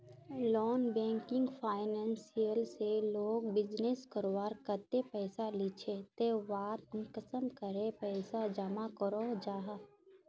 Non banking financial से लोग business करवार केते पैसा लिझे ते वहात कुंसम करे पैसा जमा करो जाहा?